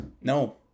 No